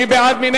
מי בעד, מי